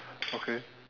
okay